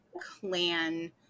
clan